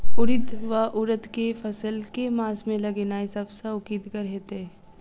उड़ीद वा उड़द केँ फसल केँ मास मे लगेनाय सब सऽ उकीतगर हेतै?